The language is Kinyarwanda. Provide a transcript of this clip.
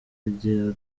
rya